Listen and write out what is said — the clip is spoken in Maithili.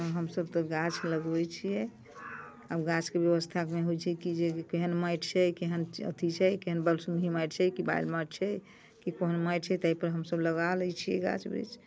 हम सभ तऽ गाछ लगबै छियै आब गाछके व्यवस्थामे होइ छै कि जे केहन माटि छै केहन अथि छै केहन बलसुन्ही माटि छै कि बाल माटि छै कि कोन माटि छै तैपर हम सभ लगा लै छियै गाछ वृक्ष